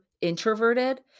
introverted